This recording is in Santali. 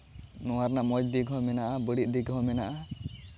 ᱱᱚᱣᱟ ᱨᱮᱭᱟᱜ ᱢᱚᱡᱽ ᱫᱤᱠ ᱦᱚᱸ ᱢᱮᱱᱟᱜᱼᱟ ᱵᱟᱹᱲᱤᱡ ᱫᱤᱠ ᱦᱚᱸ ᱢᱮᱱᱜᱼᱟ